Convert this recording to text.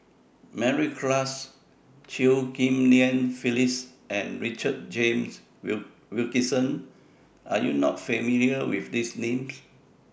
Mary Klass Chew Ghim Lian Phyllis and Richard James Wilkinson Are YOU not familiar with These Names